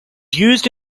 used